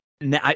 now